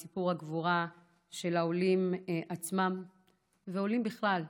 את סיפור הגבורה של העולים עצמם ועולים בכלל,